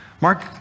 Mark